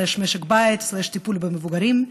משק בית, טיפול במבוגרים.